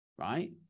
Right